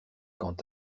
quand